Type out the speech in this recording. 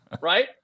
Right